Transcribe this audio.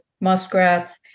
muskrats